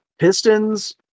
Pistons